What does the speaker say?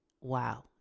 wow